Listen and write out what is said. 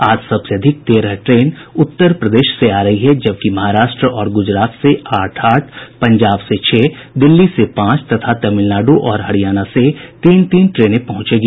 आज सबसे अधिक तेरह ट्रेन उत्तर प्रदेश से आ रही है जबकि महाराष्ट्र और गूजरात से आठ आठ पंजाब से छह दिल्ली से पांच तथा तमिलनाडू और हरियाणा से तीन तीन ट्रेनें पहुंचेगी